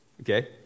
Okay